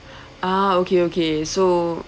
ah okay okay so